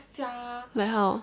like how